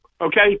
okay